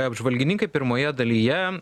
apžvalgininkai pirmoje dalyje